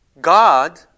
God